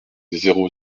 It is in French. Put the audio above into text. zéro